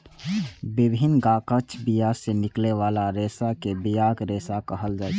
विभिन्न गाछक बिया सं निकलै बला रेशा कें बियाक रेशा कहल जाइ छै